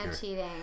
cheating